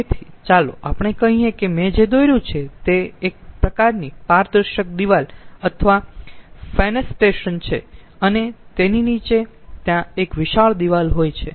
તેથી ચાલો આપણે કહીયે કે મેં જે દોર્યું છે તે એક પ્રકારની પારદર્શક દિવાલ અથવા ફેન્ટેસ્ટ્રેશન છે અને તેની નીચે ત્યાં એક વિશાળ દિવાલ હોય છે